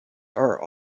are